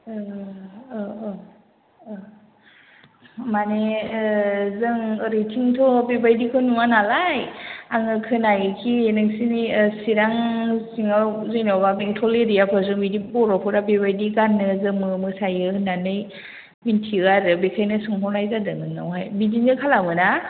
औ औ औ माने जों ओरैथिंथ' बेबायदिखौ नुवा नालाय आङो खोनायोखि नोंसोरनि चिरां सिङाव जेनेबा बेंटल एरिआफोरजों बिदि बर'फोरा बेबायदि गानो जोमो मोसायो होननानै मिनथियो आरो बेनिखायनो सोंहरनाय जादों नोंनावहाय बिदिनो खालामो ना